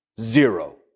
Zero